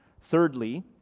Thirdly